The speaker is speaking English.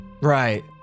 Right